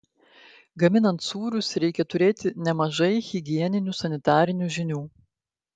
gaminant sūrius reikia turėti nemažai higieninių sanitarinių žinių